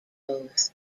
both